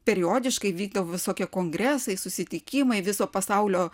periodiškai vykdavo visokie kongresai susitikimai viso pasaulio